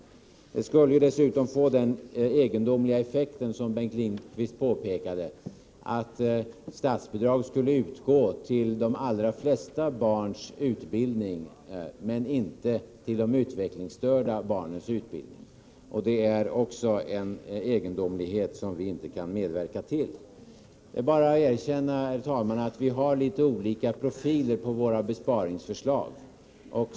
Förslaget skulle dessutom få den egendomliga effekt som Bengt Lindqvist påpekade, att statsbidrag skulle utgå till de allra flesta barns utbildning, men inte till de utvecklingsstörda barnens utbildning. Detta är en egendomlighet som vi inte kan medverka till. Det är bara att erkänna, herr talman, att vi har litet olika profiler på våra besparingsförslag.